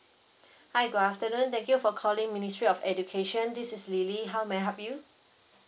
hi good afternoon thank you for calling ministry of education this is lily how may I help you